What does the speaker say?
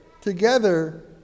together